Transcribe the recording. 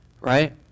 right